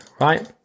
right